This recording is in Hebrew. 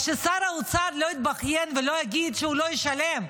אז ששר האוצר לא יתבכיין ולא יגיד שהוא לא ישלם,